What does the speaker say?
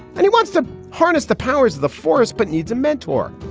and he wants to harness the powers of the forest, but needs a mentor.